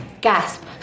gasp